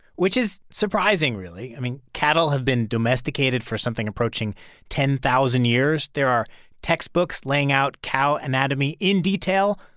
which is surprising really. i mean, cattle have been domesticated for something approaching ten thousand years. there are textbooks laying out cow anatomy in detail,